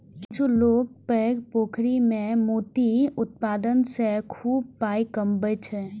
किछु लोक पैघ पोखरि मे मोती उत्पादन सं खूब पाइ कमबै छै